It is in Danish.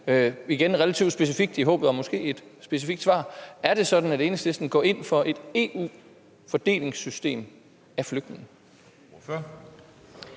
igen relativt specifikt i håbet om måske at få et specifikt svar: Er det sådan, at Enhedslisten går ind for et EU-fordelingssystem af flygtninge?